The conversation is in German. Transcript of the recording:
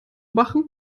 machen